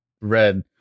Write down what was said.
red